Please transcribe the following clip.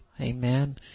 Amen